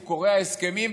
הוא קורע הסכמים.